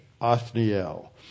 Othniel